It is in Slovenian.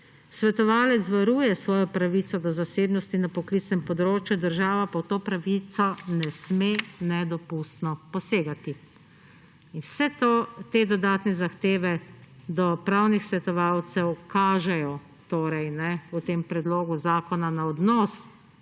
Svetovalec varuje svojo pravico do zasebnosti na poklicnem področju, država pa v to pravico ne sme nedopustno posegati. In vse te dodatne zahteve do pravnih svetovalcev kažejo torej v tem predlogu zakona na odnos sedanje